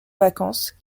vacances